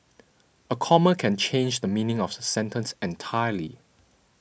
a comma can change the meaning of a sentence entirely